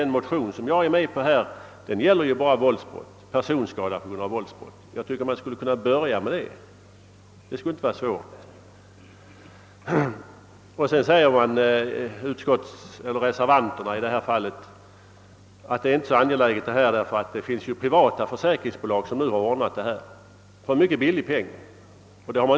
Den motion som jag väckt gäller ju bara personskada på grund av våldsbrott. Jag tycker att man bör kunna börja med den frågan och att detta inte skulle vara så svårt. Reservanterna säger vidare att det inte är så angeläget med en sådan utredning som här föreslås, eftersom det finns privata försäkringsbolag som har ordnat skydd till en mycket låg kostnad.